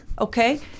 Okay